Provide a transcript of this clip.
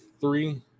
three